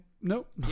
Nope